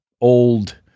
old